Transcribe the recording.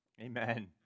Amen